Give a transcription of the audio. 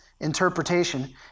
interpretation